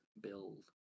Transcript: Build